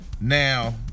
Now